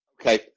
Okay